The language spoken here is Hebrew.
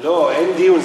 לא, אין דיון.